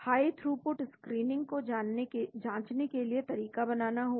high throughput screening को जांचने के लिए तरीका बनाना होगा